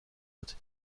wird